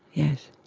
yes.